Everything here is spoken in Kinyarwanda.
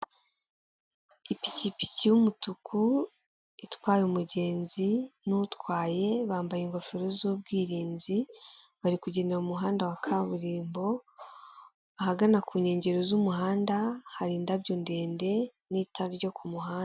Ipikipiki y'umutuku itwaye umugenzi n'utwaye bambaye ingofero z'ubwirinzi, bari kugendera mu muhanda wa kaburimbo, ahagana ku nkengero z'umuhanda hari indabyo ndende n'itara ryo ku muhanda.